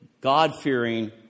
God-fearing